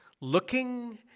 Looking